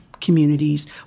communities